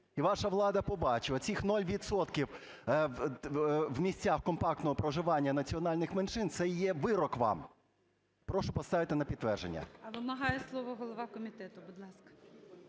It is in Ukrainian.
ваша влада побачить, оцих нуль відсотків в місцях компактного проживання національних меншин це є вирок вам. Прошу поставити на підтвердження. ГОЛОВУЮЧИЙ. Вимагає слово голова комітету. Будь ласка.